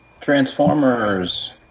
Transformers